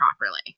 properly